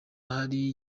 hari